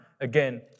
again